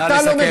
נא לסכם.